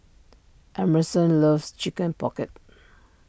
Emerson loves Chicken Pocket